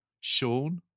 Sean